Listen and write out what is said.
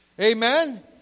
Amen